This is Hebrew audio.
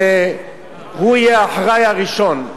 שהוא יהיה האחראי הראשון.